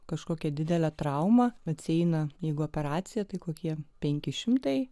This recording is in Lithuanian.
kažkokia didele trauma atsieina jeigu operacija tai kokie penki šimtai